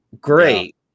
Great